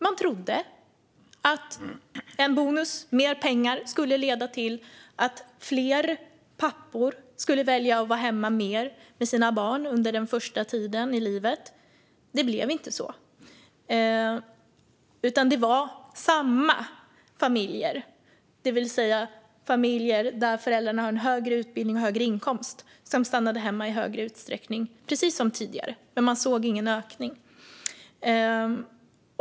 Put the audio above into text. Man trodde att en bonus, mer pengar, skulle leda till att fler pappor skulle välja att vara hemma mer med sina barn under den första tiden i livet. Det blev inte så, utan det var samma familjer - familjer där föräldrarna har en högre utbildning och högre inkomst - som stannade hemma i högre utsträckning, precis som tidigare. Man såg ingen ökning.